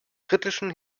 britischen